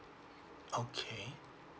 okay